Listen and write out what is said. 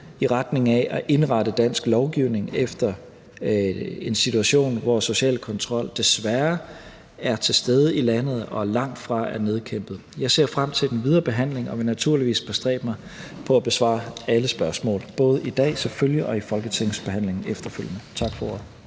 i retning af at indrette dansk lovgivning efter en situation, hvor social kontrol desværre er til stede i landet og langtfra er nedkæmpet. Jeg ser frem til den videre behandling og vil naturligvis bestræbe mig på at besvare alle spørgsmål, selvfølgelig både i dag og i Folketingets behandling efterfølgende. Tak for ordet.